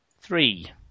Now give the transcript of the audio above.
three